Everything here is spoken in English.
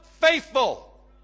faithful